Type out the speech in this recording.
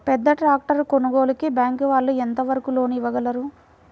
పెద్ద ట్రాక్టర్ కొనుగోలుకి బ్యాంకు వాళ్ళు ఎంత వరకు లోన్ ఇవ్వగలరు?